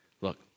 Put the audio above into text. look